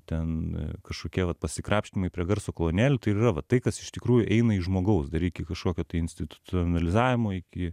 ten kažkokie vat pasikrapštymai prie garso kolonėlių tai ir yra va tai kas iš tikrųjų eina iš žmogaus dar iki kažkokio institucionalizavimo iki